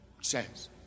says